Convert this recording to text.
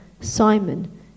Simon